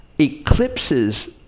eclipses